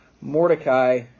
Mordecai